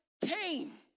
came